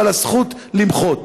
ועל הזכות למחות.